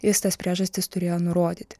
jis tas priežastis turėjo nurodyti